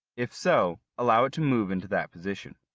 if so, allow it to move into that position.